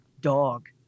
dog